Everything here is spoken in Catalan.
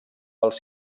pels